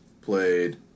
played